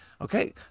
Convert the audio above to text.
Okay